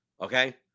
okay